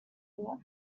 walk